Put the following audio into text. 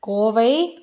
Kovai